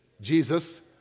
Jesus